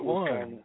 one